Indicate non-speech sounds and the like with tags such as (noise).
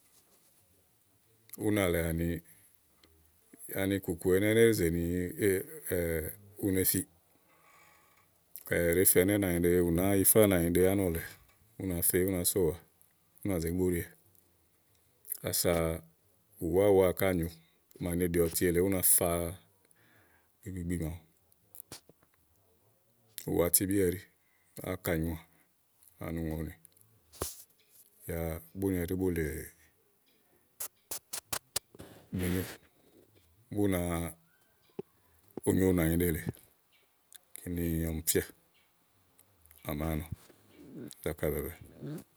búnà lèe àni ani ìkùkù ɛnɛ́, í né ɖe zè ni (hesitation) u ne fiì ka àyilɛ ɖèé fe ɛnɛ́ nànyiɖe ù náa yifá ánɔ̀lɛ ú nàá fe, ú nàá sowàa. ú nà zé gbi úɖiwɛ ása ùwáwa ká nyòo máa ne ɖì ɔti èle únafa gbigbi màawu ùwátíbí ɛɖí gàké ákà nyòoà ani ùŋonì yá bú ní ɛɖí bù lè (noise) bú na onyo nànyiɖe lèe ɔmi fíà zákà bɛ̀ɛɛ̀bɛ̀ɛ.